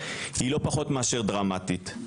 היא לא פחות מאשר דרמטית.